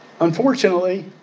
Unfortunately